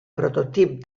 prototip